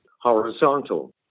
Horizontal